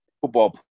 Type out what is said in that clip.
football